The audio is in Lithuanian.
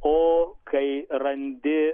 o kai randi